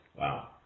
Wow